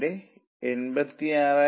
5 x എന്നത് 15